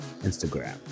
Instagram